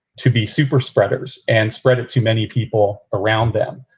to be super spreaders and spread it to many people around them.